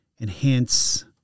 enhance